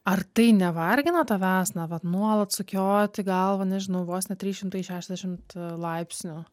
ar tai nevargina tavęs na vat nuolat sukioti galvą nežinau vos ne trys šimtai šešiasdešimt laipsnių